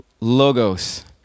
logos